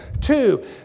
two